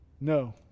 no